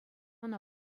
ӑна